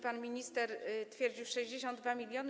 Pan minister twierdził: 62 mln.